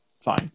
fine